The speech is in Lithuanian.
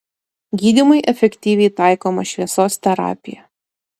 gydymui efektyviai taikoma šviesos terapija